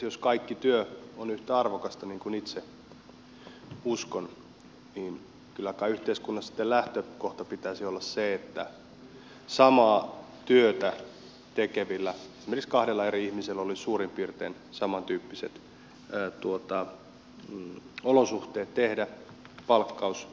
jos kaikki työ on yhtä arvokasta niin kuin itse uskon niin kyllä kai yhteiskunnassa sitten lähtökohdan pitäisi olla se että koskien samaa työtä tekeviä esimerkiksi kahta eri ihmistä olisi suurin piirtein samantyyppiset olosuhteet tehdä palkkaus